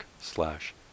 slash